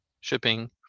shipping